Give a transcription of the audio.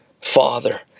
Father